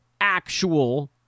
actual